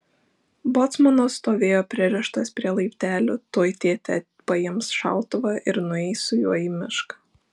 bocmanas stovėjo pririštas prie laiptelių tuoj tėtė paims šautuvą ir nueis su juo į mišką